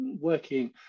working